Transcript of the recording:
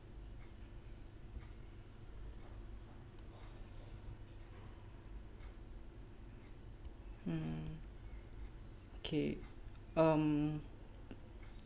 mm okay um